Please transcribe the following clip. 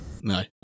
No